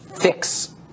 fix